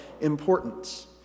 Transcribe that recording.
importance